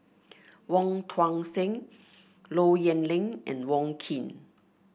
Wong Tuang Seng Low Yen Ling and Wong Keen